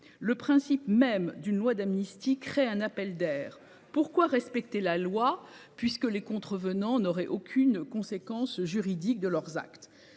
le principe même d’une loi d’amnistie créerait un appel d’air. Pourquoi respecter la loi si les contrevenants ne subissent aucune conséquence juridique de leurs actes ?